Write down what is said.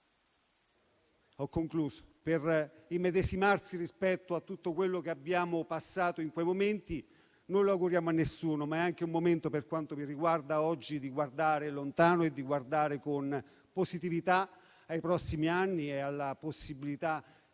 sceglie per immedesimarsi in tutto quello che abbiamo passato in quei momenti. Non lo auguriamo a nessuno, ma oggi è anche un momento, per quanto mi riguarda, per guardare lontano e con positività ai prossimi anni e alla possibilità